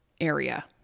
area